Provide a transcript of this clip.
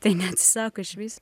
tai neatsisako išvis